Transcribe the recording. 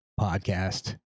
podcast